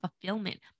fulfillment